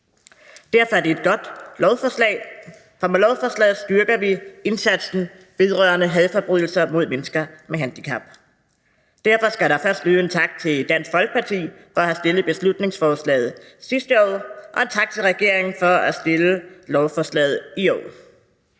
Det er et godt lovforslag, for med lovforslaget styrker vi indsatsen vedrørende hadforbrydelser mod mennesker med handicap. Derfor skal der først lyde en tak til Dansk Folkeparti for at have fremsat beslutningsforslaget sidste år og en tak til regeringen for at fremsætte lovforslaget i år.